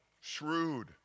shrewd